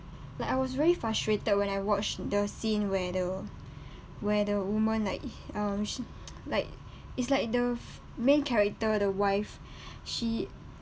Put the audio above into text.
like I was very frustrated when I watched the scene where the where the woman like um sh~ like it's like the f~ main character the wife she